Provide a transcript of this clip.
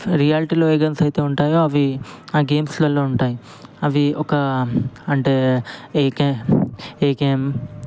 రియాల్టిలో ఏ గన్స్ అయితే ఉంటాయో అవి గేమ్స్ లలో ఉంటాయి అవి ఒక అంటే ఈకే ఈకేఎం